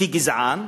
לפי גזעם,